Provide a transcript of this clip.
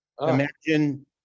imagine